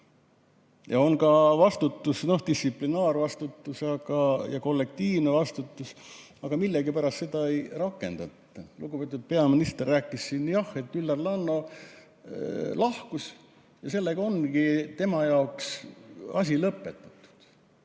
Ja on ka vastutus, distsiplinaarvastutus ja kollektiivne vastutus. Aga millegipärast seda ei rakendata. Lugupeetud peaminister rääkis siin, et Üllar Lanno lahkus ja sellega ongi tema jaoks asi lõpetatud.